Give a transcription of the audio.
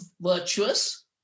virtuous